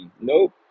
Nope